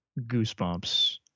goosebumps